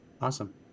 Awesome